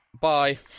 Bye